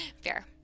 Fair